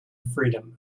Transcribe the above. freedom